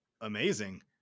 amazing